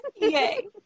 Yay